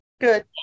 good